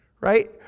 right